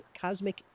cosmic